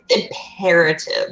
imperative